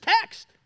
text